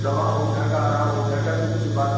दवा हो जाएगा आराम हो जाएगा तो उसके बाद